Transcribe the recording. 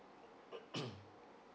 okay